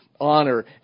honor